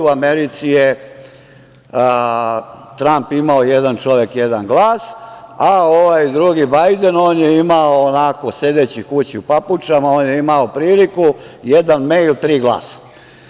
U Americi je Tramp imao – jedan čovek, jedan glas, a ovaj drugi, Bajden, on je imao, onako, sedeći kući u papučama, on je imao priliku – jedan mejl, tri glasa.